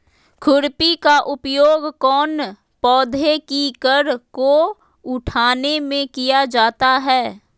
खुरपी का उपयोग कौन पौधे की कर को उठाने में किया जाता है?